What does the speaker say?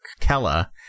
Kella